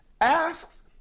asks